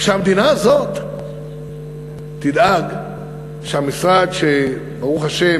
שהמדינה הזאת תדאג שהמשרד שברוך השם